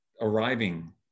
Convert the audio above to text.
arriving